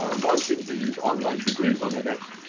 ah launching these online degrees on edx.